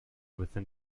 within